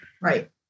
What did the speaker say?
Right